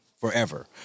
forever